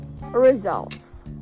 results